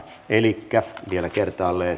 elikkä vielä kertaalleen